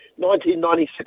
1996